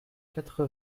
quatre